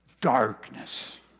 Darkness